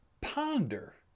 ponder